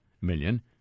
million